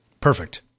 perfect